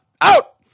out